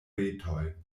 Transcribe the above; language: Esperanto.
retoj